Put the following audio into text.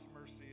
mercy